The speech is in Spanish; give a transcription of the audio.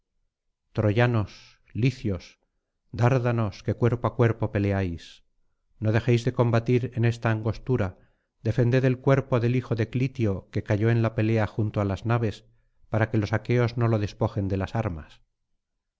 troyanos licios dárdanos que cuerpo á cuerpo peleáis no dejéis de combatir en esta angostura defended el cuerpo del hijo de clitio que cayó en la pelea junto á las naves para que los aqueos no lo despojen de las armas